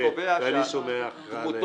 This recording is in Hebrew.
ואני סומך עליהם.